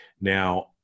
Now